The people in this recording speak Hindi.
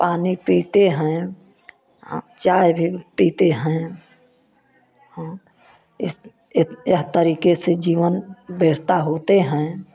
पानी पीते हैं चाय भी पीते हैं हाँ इस यह तरीके से जीवन बृहता होते हैं